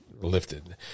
lifted